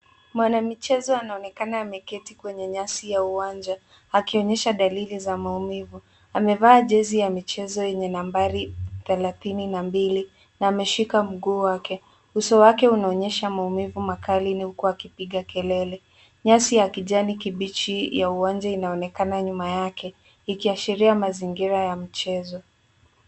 Mwana michezo anaonekana ameketi kwenye nyasi ya uwanja akionyesha dalili za maumivu amevaa jezi ya michezo yenye nambari thelathini na mbili na ameshika mguu wake uso wake unaonyesha maumivu makali huku akipiga kelele. Nyasi ya kijani kibichi ya uwanja inaonekana nyuma yake ikiashiria mazingira ya mchezo.